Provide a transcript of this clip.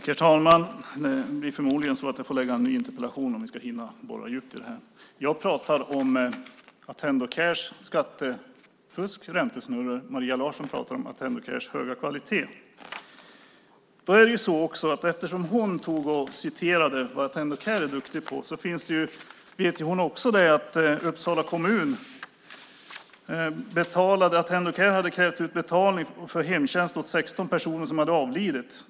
Herr talman! Jag får förmodligen ställa en ny interpellation om vi ska hinna gå på djupet i detta. Jag pratar om Attendo Cares skattefusk och räntesnurror. Maria Larsson pratar om Attendo Cares höga kvalitet. Hon citerade vad man i Attendo Care är duktig på. Hon vet också att Attendo Care av Uppsala kommun hade krävt betalning för hemtjänst åt 16 personer som hade avlidit.